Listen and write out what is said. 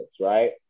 right